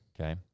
Okay